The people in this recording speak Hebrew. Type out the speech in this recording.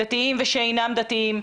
דתיים ושאינם דתיים,